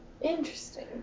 Interesting